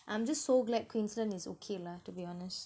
I'm just so glad queensland is okay lah to be honest